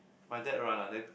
my dad run lah then